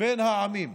בין העמים,